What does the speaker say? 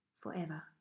forever